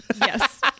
yes